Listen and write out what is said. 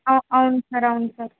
అవును సార్ అవును సార్